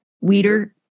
Weeder